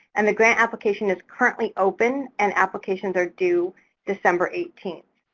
and the grant application is currently open and applications are due december eighteenth.